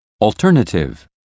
Alternative